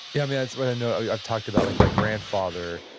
yeah, i mean, that's what i know, i've talked about like my grandfather,